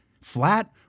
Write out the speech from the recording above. flat